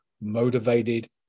motivated